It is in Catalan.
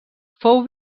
fou